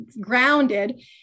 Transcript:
grounded